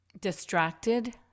distracted